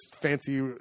fancy